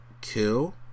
kill